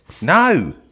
No